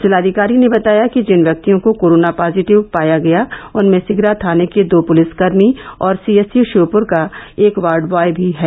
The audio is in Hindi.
जिलाधिकारी ने बताया कि जिन व्यक्तियों को कोरोना पॉजिटिव पाया गया उनमें सिगरा थाने के दो पुलिसकर्मी और सीएचसी शिवपुर का एक वार्ड ब्वॉय भी है